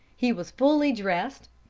he was fully dressed,